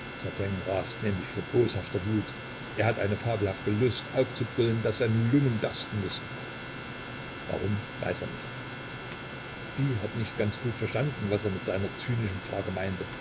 rast nämlich vor boshafter wut er hat eine fabelhafte lust aufzubrüllen daß seine lungen bersten müßten warum weiß er nicht sie hat nicht ganz gut verstanden was er mit seiner zynischen frage meinte